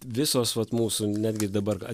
visos vat mūsų netgi dabar